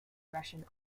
russian